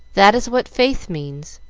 that is what faith means,